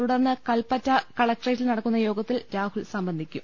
തുടർന്ന് കല്പറ്റ കലക്ടേറ്റിൽ നടക്കുന്ന യോഗത്തിൽ രാഹുൽ സംബന്ധിക്കും